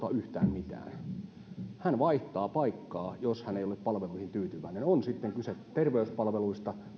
yhtään mitään hän vaihtaa paikkaa jos hän ei ole palveluihin tyytyväinen on sitten kyse terveyspalveluista